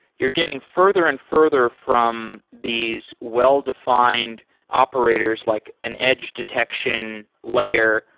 you're getting further and further from these well-defined operators like an edge detection layer,